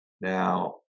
now